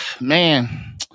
man